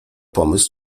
pomysł